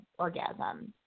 orgasms